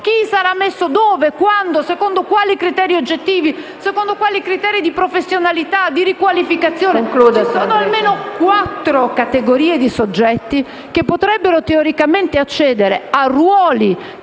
chi sarà messo dove, quando, secondo quali criteri oggettivi e secondo quali criteri di professionalità o di riqualificazione. Ci sono almeno quattro categorie di soggetti che teoricamente potrebbero accedere a ruoli